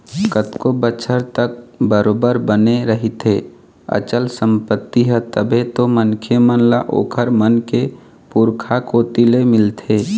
कतको बछर तक बरोबर बने रहिथे अचल संपत्ति ह तभे तो मनखे मन ल ओखर मन के पुरखा कोती ले मिलथे